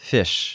Fish